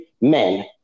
men